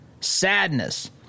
Sadness